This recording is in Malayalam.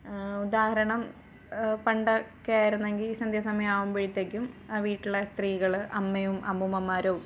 ഉദാഹരണം പണ്ടൊക്കെ ആയിരുന്നെങ്കില് സന്ധ്യാ സമയം ആകുമ്പോഴത്തേക്കും വീട്ടിലെ സ്ത്രീകള് അമ്മയും അമ്മൂമ്മമാരും